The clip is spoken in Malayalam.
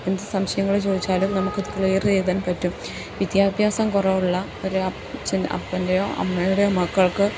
എന്ത് സംശയങ്ങൾ ചോദിച്ചാലും നമുക്കത് ക്ലിയറ് ചെയ്താൻ പറ്റും വിദ്യാഭ്യാസം കുറവുള്ള ഒരു അച്ഛന് അപ്പൻ്റെയോ അമ്മയുടെയോ മക്കൾക്ക്